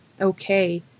okay